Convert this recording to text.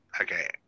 okay